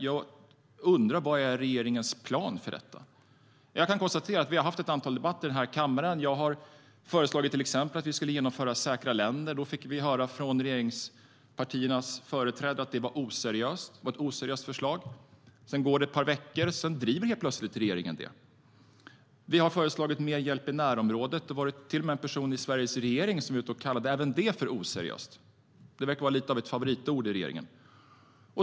Jag undrar vad som är regeringens plan för detta. Jag kan konstatera att vi har haft ett antal debatter i den här kammaren. Jag har föreslagit att vi till exempel ska införa säkra länder, och då fick vi höra från regeringspartiernas företrädare att det var ett oseriöst förslag. Sedan gick det ett par veckor, och så drev helt plötsligt regeringen det förslaget. Vi har föreslagit mer hjälp i närområdet, och det var till och med en person i Sveriges regering som kallade även det för oseriöst. Det verkar vara lite av ett favoritord i regeringen.